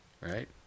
right